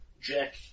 Jack